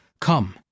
Come